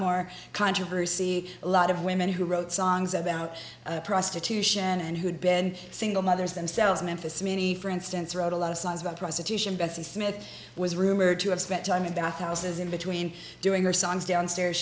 more controversy a lot of women who wrote songs about prostitution and who'd been single mothers themselves memphis many for instance wrote a lot of songs about prostitution bessie smith was rumored to have spent time in bathhouses in between doing her songs downstairs